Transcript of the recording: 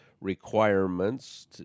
requirements